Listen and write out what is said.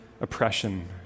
oppression